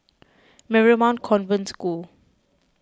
Marymount Convent School